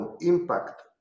impact